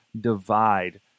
divide